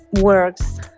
works